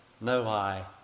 no-I